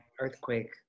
earthquake